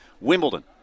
Wimbledon